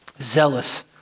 Zealous